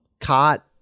cot